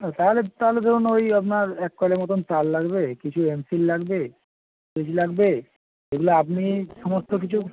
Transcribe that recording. ও তাহলে তাহলে ধরুন ওই আপনার এক কোয়ার্ডের মতোন তার লাগবে কিছু এম সিল লাগবে ফিউজ লাগবে এগুলো আপনি সমস্ত কিছু